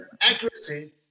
Accuracy